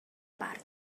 part